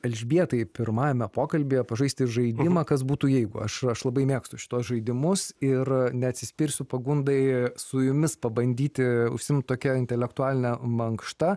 elžbietai pirmajame pokalbyje pažaisti žaidimą kas būtų jeigu aš aš labai mėgstu šituos žaidimus ir neatsispirsiu pagundai su jumis pabandyti užsiimt tokia intelektualine mankšta